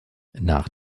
nach